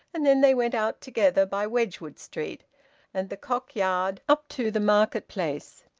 and then they went out together, by wedgwood street and the cock yard up to the market-place.